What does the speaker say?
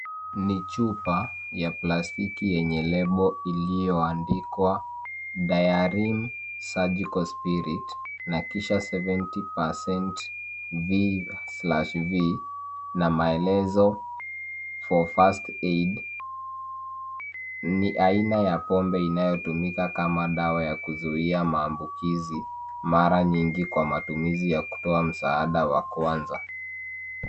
Ni chupa ya plastiki yenye lebo iliyoandikwa Diarim Surgical Spirit na kisha 70% V/V na maelezo for first aid . Ni aina ya pombe inayotumika kama dawa ya kuzuia maambukizi mara nyingi kwa matumizi ya kutoa msaada wa kwanza.